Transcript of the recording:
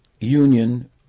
union